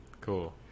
Cool